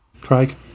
Craig